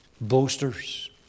Boasters